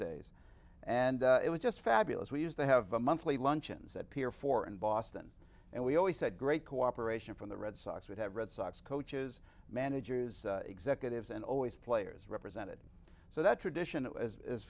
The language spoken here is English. days and it was just fabulous we used to have a monthly luncheons at pier four in boston and we always said great cooperation from the red sox would have red sox coaches managers executives and always players represented so that tradition